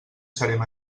serem